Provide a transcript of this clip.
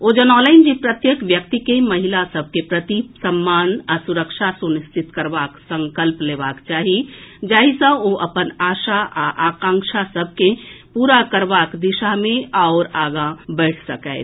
ओ जनौलनि जे प्रत्येक व्यक्ति के महिला सभ के प्रति सम्मान आ सुरक्षा सुनिश्चित करबाक संकल्प लेबाक चाही जाहि सँ ओ अपन आशा आ आकांक्षा सभ के पूरा करबाक दिशा मे आओर आगां बढ़ि सकथि